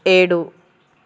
ఏడు